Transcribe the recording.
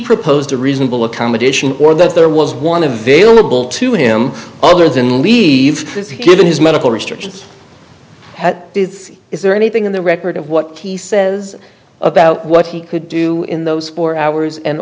proposed a reasonable accommodation or that there was one of vailable to him other than leave given his medical restrictions is there anything in the record of what he says about what he could do in those four hours and